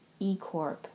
eCorp